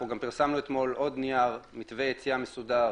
אנחנו גם פרסמנו אתמול עוד נייר מתווה יציאה מסודר